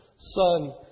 son